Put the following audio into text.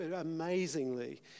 amazingly